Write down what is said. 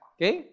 Okay